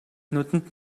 нүдэнд